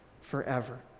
forever